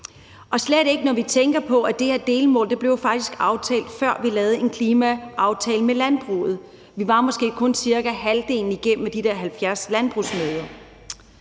og det er især, når vi tænker på, at det her delmål faktisk blev aftalt, før vi lavede en klimaaftale med landbruget. Vi var måske kun cirka halvvejs igennem med de der 70 landbrugsmøder.